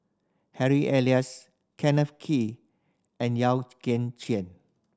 Harry Elias Kenneth Kee and Yeo Kian Chai